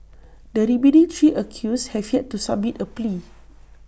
the remaining three accused have yet to submit A plea